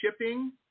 shipping